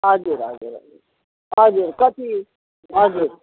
हजुर हजुर हजुर हजुर कति हजुर